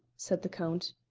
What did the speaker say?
said the count.